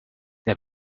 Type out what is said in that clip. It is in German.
der